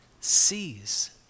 sees